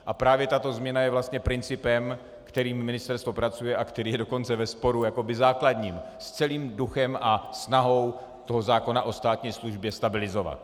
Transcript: A právě tato změna je vlastně principem, kterým ministerstvo pracuje a který je dokonce ve sporu jakoby základním, s celým duchem a snahou zákona o státní službě stabilizovat.